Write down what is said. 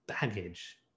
baggage